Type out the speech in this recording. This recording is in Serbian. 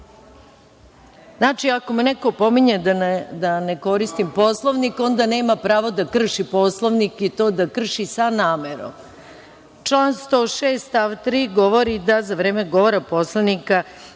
sali. Znači, ako me neko opominje da ne koristim Poslovnik, onda nema pravo da krši Poslovnik i to da krši sa namerom. Član 106. stav 3. govori da za vreme govora poslanika